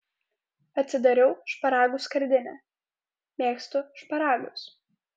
atsidariau šparagų skardinę mėgstu šparagus